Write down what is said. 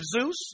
Zeus